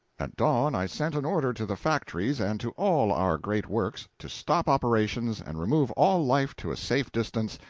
at dawn i sent an order to the factories and to all our great works to stop operations and remove all life to a safe distance,